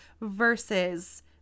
versus